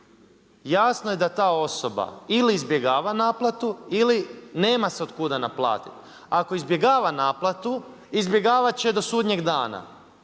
jasno je da ta osoba ili izbjegava naplatu ili nema se otkuda naplatiti. Ako izbjegava naplatu izbjegavati će je do sudnjeg dana